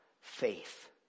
faith